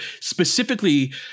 specifically